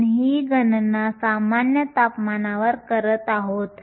आपण ही गणना सामान्य तापमानावर करत आहोत